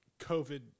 COVID